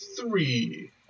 Three